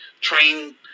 train